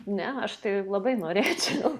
ne aš tai labai norėčiau